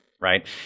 right